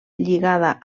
lligada